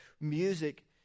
Music